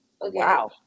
Wow